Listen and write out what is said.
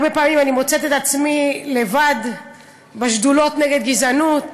הרבה פעמים אני מוצאת את עצמי לבד בשדולות נגד גזענות,